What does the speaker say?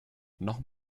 noch